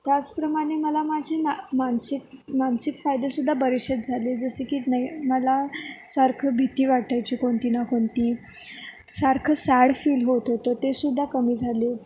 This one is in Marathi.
त्याचप्रमाणे मला माझे मा मानसिक मानसिक फायदेसुद्धा बरेचसेच झाले जसे की नाही मला सारखं भीती वाटायची कोणती ना कोणती सारखं सॅड फील होत होतं तेसुद्धा कमी झाले